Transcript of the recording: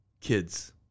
kids